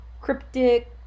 cryptic